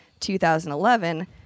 2011